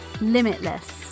limitless